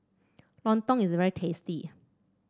lontong is very tasty